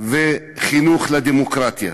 וחינוך לדמוקרטיה.